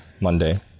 Monday